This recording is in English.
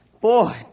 Boy